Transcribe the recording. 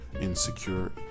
insecure